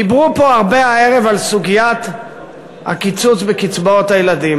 דיברו פה הרבה הערב על סוגיית הקיצוץ בקצבאות הילדים.